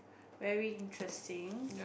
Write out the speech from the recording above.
very interesting